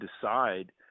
decide